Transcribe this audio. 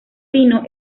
fino